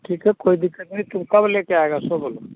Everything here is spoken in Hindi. ठीक है कोई दिक़्क़त नहीं तुम कब लेकर आएगा सो बोलो